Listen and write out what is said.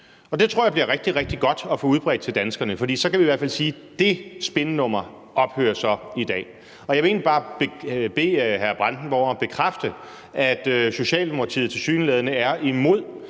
Det tror jeg bliver rigtig, rigtig godt at få udbredt til Danmark, for så kan vi i hvert fald sige, at det spinnummer ophører i dag. Jeg vil egentlig bare bede hr. Bjørn Brandenborg om at bekræfte, at Socialdemokratiet tilsyneladende er imod